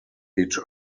each